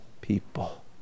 people